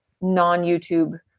non-YouTube